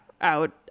out